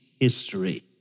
history